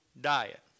diet